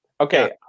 Okay